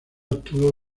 obtuvo